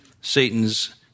Satan's